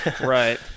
right